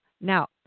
Now